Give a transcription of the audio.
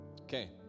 Okay